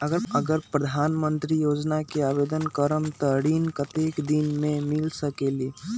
अगर प्रधानमंत्री योजना में आवेदन करम त ऋण कतेक दिन मे मिल सकेली?